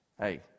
hey